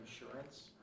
insurance